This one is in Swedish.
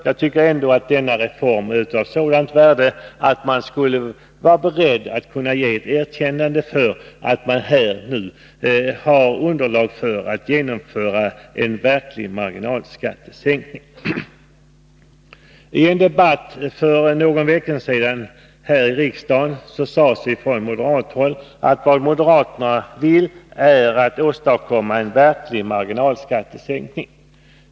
Jag tycker ändå att denna reform är av sådant värde att man skulle kunna ge ett erkännande för att det nu finns underlag för att genomföra en verklig marginalskattesänkning. I en debatt här i riksdagen för någon vecka sedan sades det från moderat håll att vad moderaterna vill ha är en verklig marginalskattesänkning.